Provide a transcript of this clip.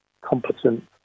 competent